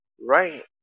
right